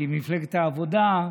ממפלגת העבודה,